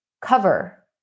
cover